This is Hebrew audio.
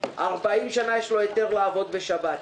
40 שנה יש לו היתר לעבוד בשבת.